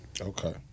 Okay